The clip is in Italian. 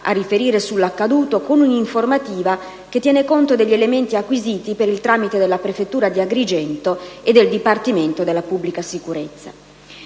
a riferire sull'accaduto, con un'informativa che tiene conto degli elementi acquisiti per il tramite della prefettura di Agrigento e del Dipartimento della pubblica sicurezza.